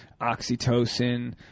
oxytocin